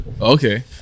okay